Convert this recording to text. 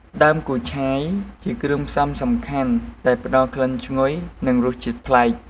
ដើមគូឆាយជាគ្រឿងផ្សំសំខាន់ដែលផ្តល់ក្លិនឈ្ងុយ និង រសជាតិប្លែក។